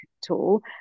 tool